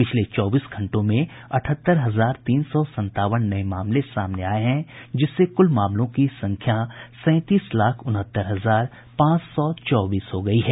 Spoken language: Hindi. पिछले चौबीस घंटों में अठहत्तर हजार तीन सौ संतावन नये मामले सामने आये हैं जिससे कुल मामलों की संख्या सैंतीस लाख उनहत्तर हजार पांच सौ चौबीस हो गयी है